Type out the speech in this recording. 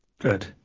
Good